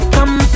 Come